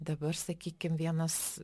dabar sakykim vienas